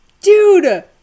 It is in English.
dude